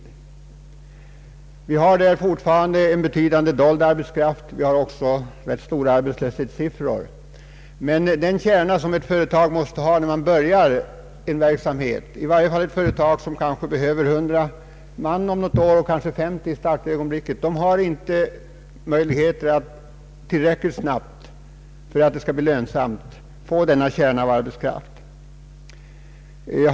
På dessa orter finns fortfarande en betydande dold arbetskraft, och arbetslöshetssiffrorna är också rätt höga. Ett företag som kanske börjar med 50 man i startögonblicket och som om några år räknar med att behöva 100 man eller fler har ändå inte möjlighet att tillräckligt snabbt för att det skall bli lönsamt få erforderlig kärna av yrkeskunnig arbetskraft.